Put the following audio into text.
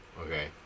Okay